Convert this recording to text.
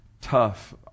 tough